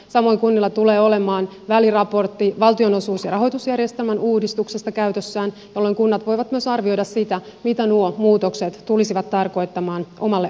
samoin kunnilla tulee olemaan väliraportti valtionosuus ja rahoitusjärjestelmän uudistuksesta käytössään jolloin kunnat voivat myös arvioida sitä mitä nuo muutokset tulisivat tarkoittamaan omalle alueelle